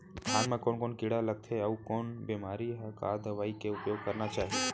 धान म कोन कोन कीड़ा लगथे अऊ कोन बेमारी म का दवई के उपयोग करना चाही?